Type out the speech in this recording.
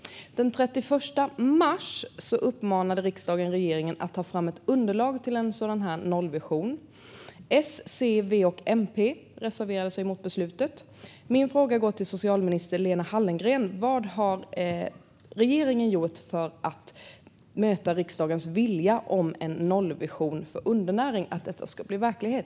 Den 31 mars uppmanade riksdagen regeringen att ta fram ett underlag till en sådan här nollvision. S, C, V och MP reserverade sig mot beslutet. Min fråga går till socialminister Lena Hallengren. Vad har regeringen gjort för att möta riksdagens vilja att en nollvision för undernäring ska bli verklighet?